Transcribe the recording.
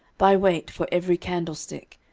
by weight for every candlestick,